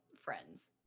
friends